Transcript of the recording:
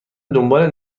دنبال